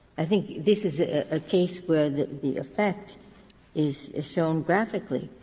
i think this is a case where the the effect is is shown graphically,